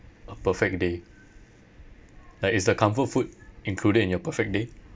a perfect day like is the comfort food included in your perfect day